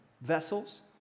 vessels